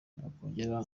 nakongera